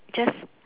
just